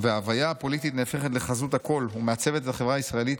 והוויה הפוליטית נהפכת לחזות הכול ומעצבת את החברה הישראלית